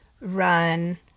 run